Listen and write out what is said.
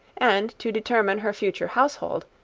and to determine her future household,